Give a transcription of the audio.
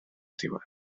diwedd